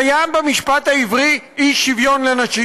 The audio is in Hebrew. קיים במשפט העברי אי-שוויון לנשים.